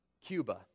Cuba